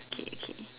kay kay